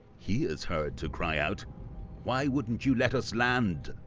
he is heard to cry out why wouldn't you let us land?